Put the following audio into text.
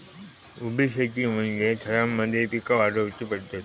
उभी शेती म्हणजे थरांमध्ये पिका वाढवुची पध्दत